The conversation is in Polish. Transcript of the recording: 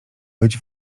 być